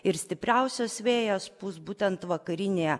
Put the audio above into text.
ir stipriausias vėjas pūs būtent vakarinėje